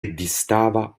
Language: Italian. distava